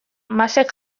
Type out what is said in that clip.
masek